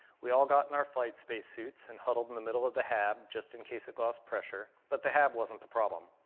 we all got in our flight space suits and huddled in the middle of the hab just in case it lost pressure, but the hab wasn't the problem.